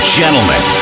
gentlemen